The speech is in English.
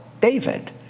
David